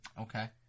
Okay